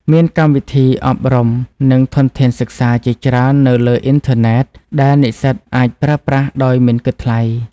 មានកម្មវិធីអប់រំ និងធនធានសិក្សាជាច្រើននៅលើអ៊ីនធឺណិតដែលនិស្សិតអាចប្រើប្រាស់ដោយមិនគិតថ្លៃ។